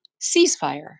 ceasefire